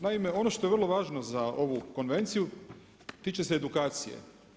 Naime, ono što je vrlo važno za ovu konvenciju tiče se edukacije.